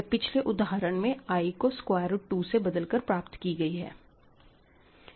यह पिछले उदाहरण में i को स्क्वायर रूट 2 से बदल कर प्राप्त की गई है